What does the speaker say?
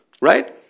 right